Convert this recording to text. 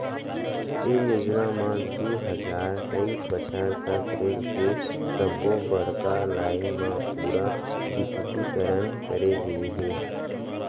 ये योजना म दू हजार तेइस बछर तक रेल के सब्बो बड़का लाईन म पूरा बिद्युतीकरन करे गय हे